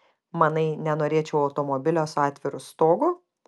manai nenorėčiau automobilio su atviru stogu